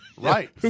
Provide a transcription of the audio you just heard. Right